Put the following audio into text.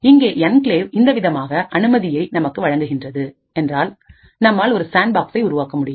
இங்கே என்கிளேவ் இந்தவிதமான அனுமதி நமக்கு வழங்குகிறது என்றால் நம்மால் ஒரு சாண்ட்பாக்ஸை உருவாக்க முடியும்